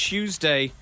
Tuesday